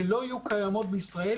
ולא יהיו קיימים בישראל,